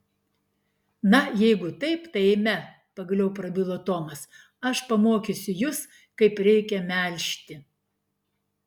na jeigu taip tai eime pagaliau prabilo tomas aš pamokysiu jus kaip reikia melžti